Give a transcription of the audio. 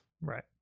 right